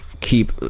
Keep